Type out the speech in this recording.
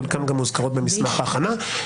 חלקן גם מוזכרות במסמך ההכנה.